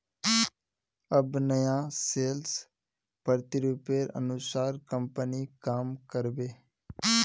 अब नया सेल्स प्रतिरूपेर अनुसार कंपनी काम कर बे